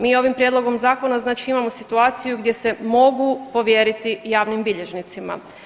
Mi ovim prijedlogom zakona znači imamo situaciju gdje se mogu povjeriti javnim bilježnicima.